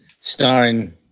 Starring